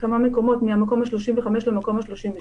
כמה מקומות מהמקום ה-35 למקום ה-32.